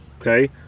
Okay